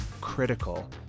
critical